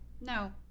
no